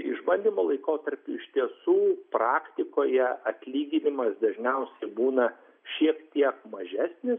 išbandymo laikotarpiu iš tiesų praktikoje atlyginimas dažniausiai būna šiek tiek mažesnis